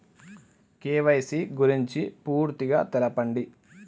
KYC గురించి పూర్తిగా తెలపండి?